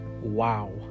wow